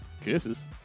Kisses